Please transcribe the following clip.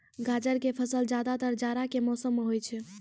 गाजर के फसल ज्यादातर जाड़ा के मौसम मॅ होय छै